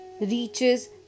reaches